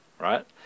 right